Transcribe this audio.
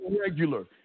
regular